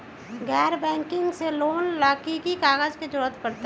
गैर बैंकिंग से लोन ला की की कागज के जरूरत पड़तै?